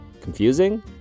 Confusing